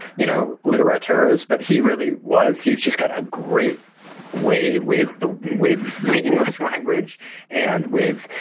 you know, little writers. but he really was he's just got a great way with the with the english language and with,